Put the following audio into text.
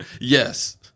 Yes